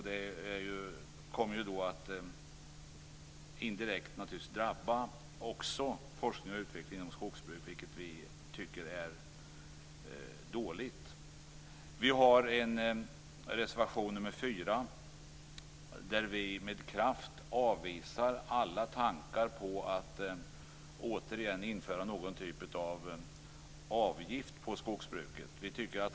Besparingarna skulle ju indirekt drabba forskning och utveckling inom skogsbruk, vilket vi tycker är dåligt. I reservation nr 4 avvisar vi med kraft alla tankar på att återigen införa någon typ av avgift på skogsbruket.